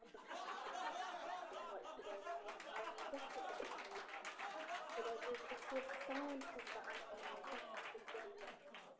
تتھ کوٗتاہ چھَس ودان دوٚپُم واے خۄداے میٛانہِ میٛانٮ۪ن پلون کیٛاہ چھُ گژھان یہِ خۅدا ژٕ بہٕ چھَس شوقہٕ سان چھَس بہٕ اَنان میٛانٮ۪ن پلون کُس یِروٕنۍ ناو چھِ گَژھان